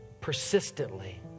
persistently